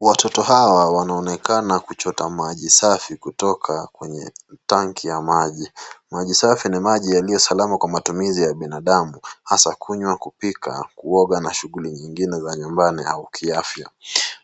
Watoto hawa wanaonekana kuchota maji safi kutoka kwenye tanki ya maji. Maji safi ni maji yaliyo salama kwa matumizi ya binadamu hasa kunywa, kupika, kuoga na shughuli zingine za nyumbani au kiafya.